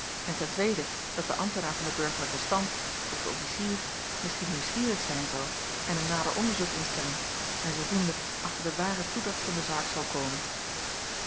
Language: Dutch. en dat de ambtenaar van den burgerlijken stand of de officier misschien nieuwsgierig zijn zal en een nader onderzoek instellen en zoodoende achter de ware toedracht van de zaak zal komen